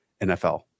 NFL